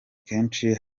kenshi